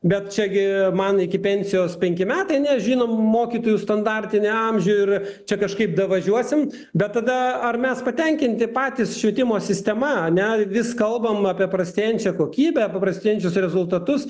bet čia gi man iki pensijos penki metai nes žinom mokytojų standartinį amžių ir čia kažkaip davažiuosim bet tada ar mes patenkinti patys švietimo sistema ane vis kalbame apie prastėjančią kokybę paprastėjančius rezultatus